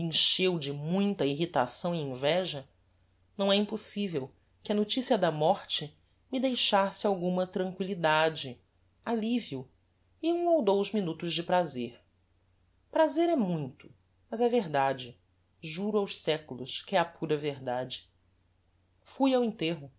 encheu de muita irritação e inveja não é impossivel que a noticia da morte me deixasse alguma tranquillidade allivio e um ou dous minutos de prazer prazer é muito mas é verdade juro aos seculos que é a pura verdade fui ao enterro